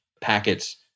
packets